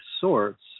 sorts